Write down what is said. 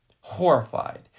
Horrified